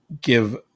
give